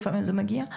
לפעמים זה מגיע,